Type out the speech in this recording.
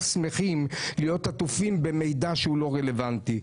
שמחים להיות עטופים במידע שהוא לא רלוונטי.